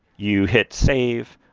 you hit save.